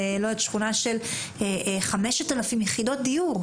עוד שכונה של 5,000 יחידות דיור.